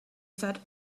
said